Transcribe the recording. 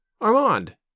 Armand